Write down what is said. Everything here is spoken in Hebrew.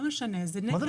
לא משנה, זה נכס